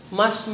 mas